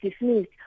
dismissed